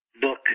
book